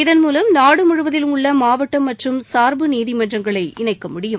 இதன் மூவம் நாடு முழுவதிலும் உள்ள மாவட்டம் மற்றும் சுர்பு நீதிமன்றங்களை இணைக்க முடியும்